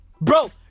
Bro